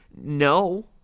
No